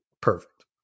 Perfect